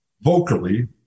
vocally